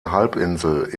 halbinsel